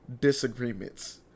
disagreements